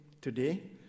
today